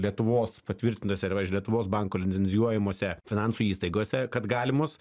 lietuvos patvirtintos arba iš lietuvos banko licencijuojamose finansų įstaigose kad galimos